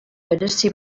berezi